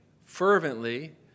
fervently